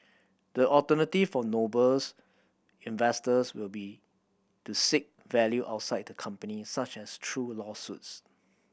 the alternative for Noble's investors will be to seek value outside the company such as through lawsuits